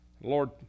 Lord